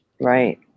Right